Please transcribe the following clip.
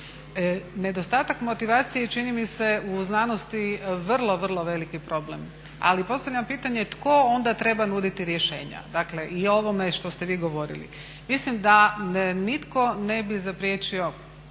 Nedostatak motivacije čini mi se u znanosti vrlo, vrlo veliki problem, ali postavljam pitanje tko onda treba nuditi rješenja, dakle i ovome što ste vi govorili. Mislim da nitko ne bi zapriječio